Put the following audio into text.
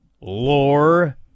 lore